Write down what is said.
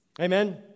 Amen